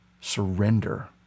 surrender